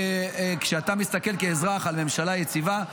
כשאתה מסתכל כאזרח על ממשלה יציבה,